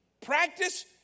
practice